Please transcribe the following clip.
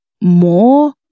more